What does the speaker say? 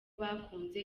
bakunze